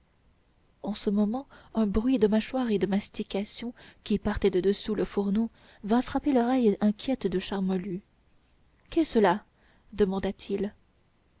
en ce moment un bruit de mâchoire et de mastication qui partait de dessous le fourneau vint frapper l'oreille inquiète de charmolue qu'est cela demanda-t-il